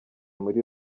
muri